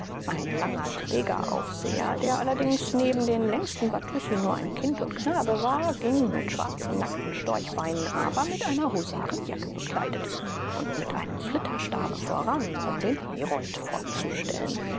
ein langer trägeraufseher der allerdings neben den längsten watussi nur ein kind und knabe war ging mit schwarzen nackten storchbeinen aber mit einer husarenjacke bekleidet und mit einem flitterstabe voran um den herold vorzustellen